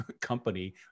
company